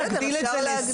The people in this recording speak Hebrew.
אפשר להגדיל.